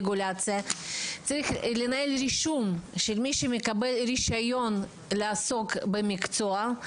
צריך לנהל רישום של מי שמקבל רישיון לעסוק במקצוע,